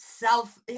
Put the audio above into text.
self